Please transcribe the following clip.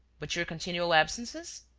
but your continual absences.